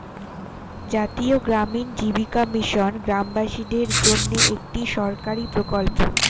জাতীয় গ্রামীণ জীবিকা মিশন গ্রামবাসীদের জন্যে একটি সরকারি প্রকল্প